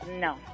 No